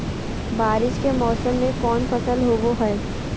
बारिस के मौसम में कौन फसल होबो हाय?